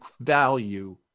value